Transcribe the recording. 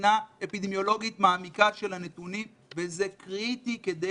בחינה אפידמיולוגית מעמיקה של הנתונים וזה קריטי כדי